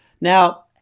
Now